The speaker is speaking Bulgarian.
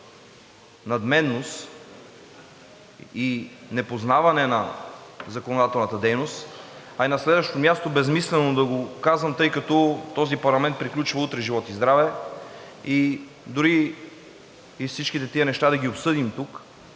надменност и непознаване на законодателната дейност. На следващо място, безсмислено е да го казвам, тъй като този парламент приключва утре, живот и здраве, и дори и всичките тези неща да ги обсъдим тук,